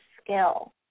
skill